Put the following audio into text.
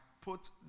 put